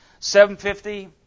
750